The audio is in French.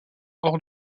hors